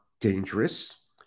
dangerous